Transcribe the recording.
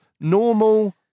normal